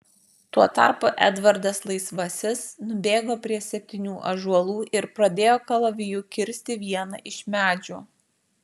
tuo tarpu edvardas laisvasis nubėgo prie septynių ąžuolų ir pradėjo kalaviju kirsti vieną iš medžių